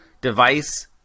device